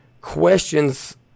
questions